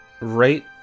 Right